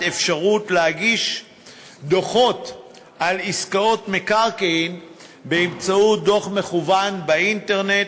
אפשרות להגיש דוחות על עסקאות מקרקעין באמצעות דוח מקוון באינטרנט,